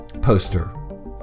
poster